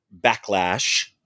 backlash